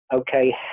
Okay